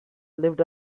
lived